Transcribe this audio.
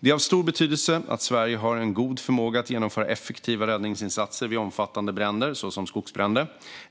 Det är av stor betydelse att Sverige har god förmåga att genomföra effektiva räddningsinsatser vid omfattande bränder, såsom skogsbränder.